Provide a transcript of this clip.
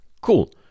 Cool